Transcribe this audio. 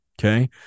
Okay